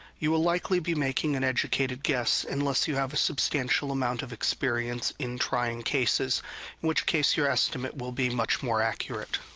you will likely be making an educated guess unless you have a substantial amount of experience in trying cases, in which case your estimate will be much more accurate.